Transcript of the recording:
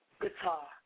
guitar